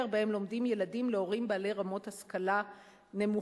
שבהם לומדים ילדים להורים בעלי רמות השכלה נמוכות.